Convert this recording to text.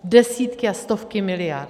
Desítky a stovky miliard.